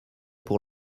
pour